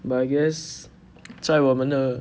but I guess 在我们的